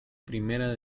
primera